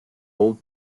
old